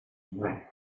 muere